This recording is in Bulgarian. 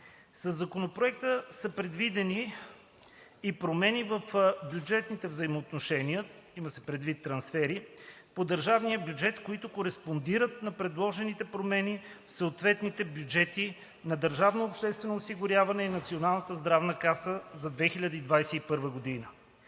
Със Законопроекта са предвидени и промени в бюджетните взаимоотношения – има се предвид трансфери по държавния бюджет, които кореспондират на предложените промени в съответните бюджети на държавното обществено осигуряване и на Националната здравноосигурителна каса за 2021 г.